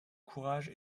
courage